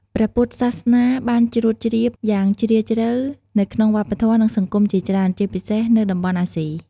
ព្រះពុទ្ធសាសនាបានជ្រួតជ្រាបយ៉ាងជ្រាលជ្រៅនៅក្នុងវប្បធម៌ និងសង្គមជាច្រើន ជាពិសេសនៅតំបន់អាស៊ី។